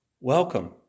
welcome